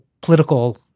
political